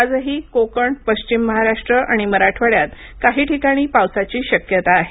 आजही कोकण पश्चिम महाराष्ट्र आणि मराठवाड्यात काही ठिकाणी पावसाची शक्यता आहे